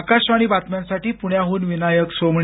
आकाशवाणी बातम्यांसाठी पुण्याहून विनायक सोमणी